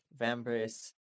vambrace